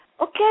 Okay